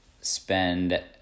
spend